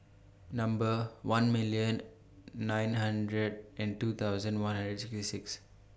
Number one million nine hundred and two thousand one hundred and sixty six